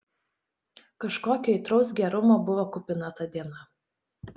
kažkokio aitraus gerumo buvo kupina ta diena